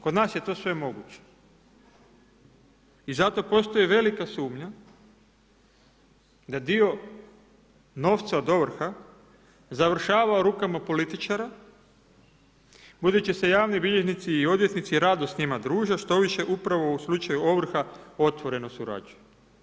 Kod nas je to sve moguće i zato postoji velika sumnja da dio novca od ovrha završava u rukama političara, budući se javni bilježnici i odvjetnici rado s njima druže, štoviše upravo u slučaju ovrha otvoreno surađuju.